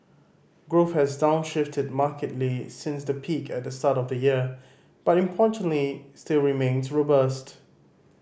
growth has downshifted markedly since the peak at the start of the year but importantly still remains robust